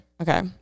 okay